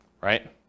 right